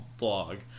vlog